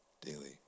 daily